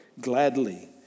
gladly